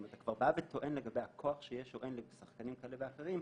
אם אתה כבר טוען לגבי הכוח שיש או אין לשחקנים כאלה ואחרים,